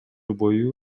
бою